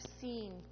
seen